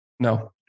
No